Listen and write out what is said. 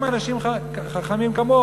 אנשים חכמים כמוהו,